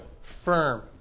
firm